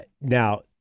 Now